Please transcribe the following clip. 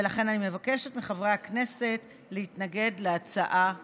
ולכן אני מבקשת מחברי הכנסת להתנגד להצעה זאת.